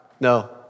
No